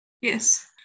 Yes